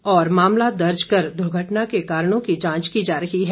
वहीं मामला दर्ज कर दुर्घटना के कारणों की जांच की जा रही है